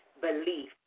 belief